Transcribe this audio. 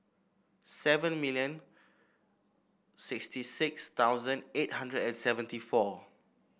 seven million sixty six thousand eight hundred and seventy four